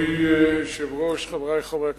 אדוני היושב-ראש, חברי חברי הכנסת,